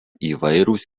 įvairūs